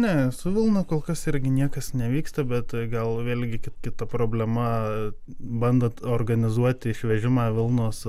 ne su vilna kol kas irgi niekas nevyksta bet gal vėlgi kita problema bandant organizuoti išvežimą vilnos